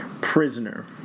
Prisoner